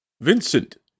Vincent